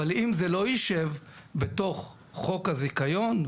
אבל אם זה לא יישב בתוך חוק הזיכיון,